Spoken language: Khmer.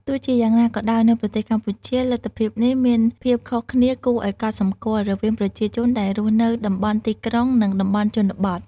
ទោះជាយ៉ាងណាក៏ដោយ នៅប្រទេសកម្ពុជា លទ្ធភាពនេះមានភាពខុសគ្នាគួរឱ្យកត់សំគាល់រវាងប្រជាជនដែលរស់នៅ តំបន់ទីក្រុង និង តំបន់ជនបទ។